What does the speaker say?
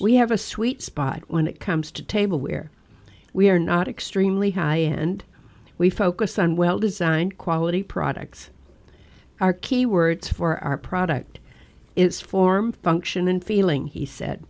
we have a sweet spot when it comes to table where we are not extremely high end we focus on well designed quality products our key words for our product is form function and feeling he said